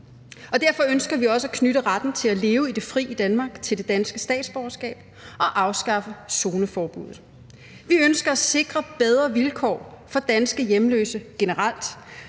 Derfor ønsker vi også at knytte retten til at leve i det fri i Danmark til det danske statsborgerskab og afskaffe zoneforbuddet. Vi ønsker at sikre bedre vilkår for danske hjemløse generelt